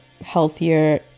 healthier